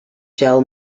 gel